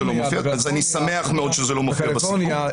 אני שמח מאוד שזה לא מופיע בסיכום.